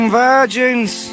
virgins